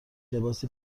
لباسی